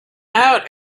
out